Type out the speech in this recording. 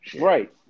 Right